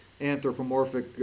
anthropomorphic